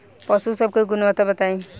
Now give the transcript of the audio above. पशु सब के गुणवत्ता बताई?